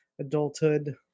adulthood